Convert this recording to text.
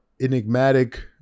enigmatic